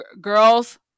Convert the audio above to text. girls